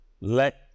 let